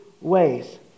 ways